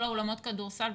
כל אולמות הכדורסל,